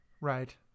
right